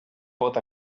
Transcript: pot